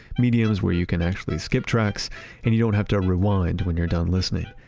mediums where you can actually skip tracks and you don't have to rewind when you're done listening.